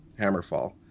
Hammerfall